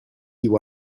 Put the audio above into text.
you